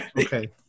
Okay